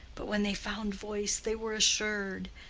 but when they found voice they were assured,